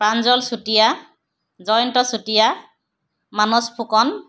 Pranjal Chutia Jayanta Chutia Manas Phukan